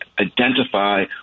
identify